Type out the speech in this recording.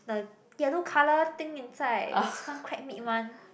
the yellow colour thing inside with turn crab meat one